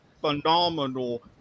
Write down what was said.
phenomenal